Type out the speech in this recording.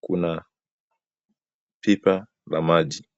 kuna pipa la maji.